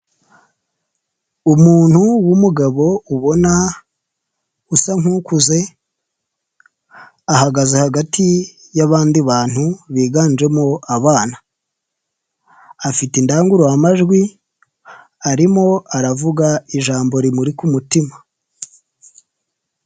Umuntu w'umugabo ubona usa nk'ukuze ahagaze hagati y'abandi bantu biganjemo abana, afite indangururamajwi, arimo aravuga ijambo rimurika ku mutima.